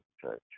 church